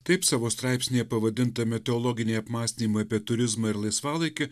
taip savo straipsnyje pavadintame teologiniai apmąstymai apie turizmą ir laisvalaikį